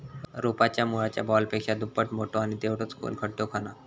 रोपाच्या मुळाच्या बॉलपेक्षा दुप्पट मोठो आणि तेवढोच खोल खड्डो खणा